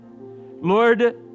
Lord